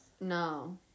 no